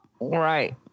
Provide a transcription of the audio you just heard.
Right